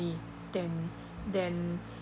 then then